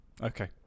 Okay